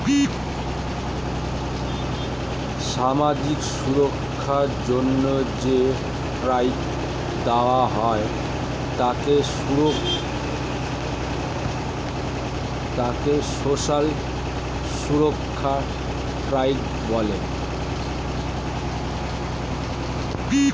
সামাজিক সুরক্ষার জন্য যে ট্যাক্স দেওয়া হয় তাকে সোশ্যাল সুরক্ষা ট্যাক্স বলে